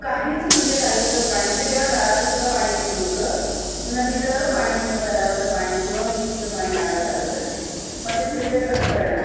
काहीच म्हणजे काहीच पाणी म्हणजे तेव्हा नळाचंसुद्धा पाणी येत नव्हतं नदीचं पाणी किंवा तलावाचं पाणी किंवा विहिरीचं पाणी आणावं लागत असे मग ते फिल्टर कसं करणार